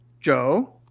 Joe